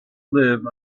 live